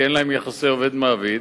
כי אין להם יחסי עובד מעביד.